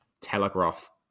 telegraph